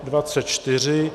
24.